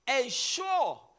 ensure